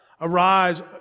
Arise